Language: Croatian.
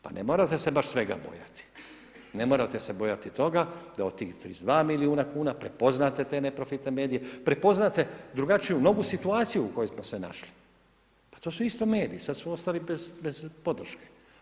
Pa ne morate se baš svega bojati, ne morate se bojati toga, da od tih 32 milijuna kuna, prepoznate te neprofitne medije, prepoznate drugačiju novu situaciju u kojoj smo se našli, pa to su isto mediji, sad su ostali bez podrške.